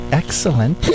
excellent